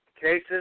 cases